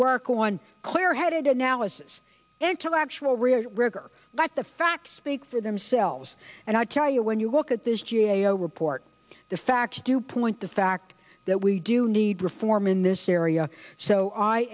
work on clear headed analysis and to actual real rigor but the facts speak for themselves and i tell you when you look at this g a o report the facts do point the fact that we do need reform in this area so i